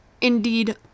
Indeed